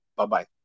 Bye-bye